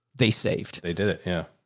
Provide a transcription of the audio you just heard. they saved, they did it. yeah.